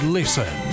listen